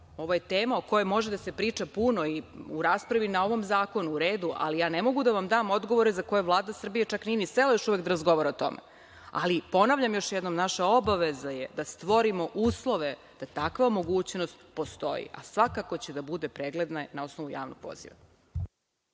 ovo je tema o kojoj može da se priča puno, i u raspravi na ovom zakonu, u redu, ali ne mogu da vam dam odgovore za koje Vlada Srbije nije još uvek ni sela da razgovara o tome. Ponavljam još jednom, naša obaveza je da stvorimo uslove da takva mogućnost postoji, a svakako će da bude pregledna na osnovu javnog poziva.